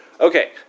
Okay